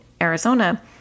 Arizona